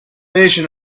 fish